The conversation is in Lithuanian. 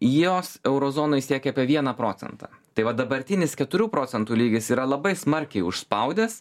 jos euro zonoj siekia apie vieną procentą tai va dabartinis keturių procentų lygis yra labai smarkiai užspaudęs